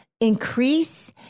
increase